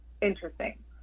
interesting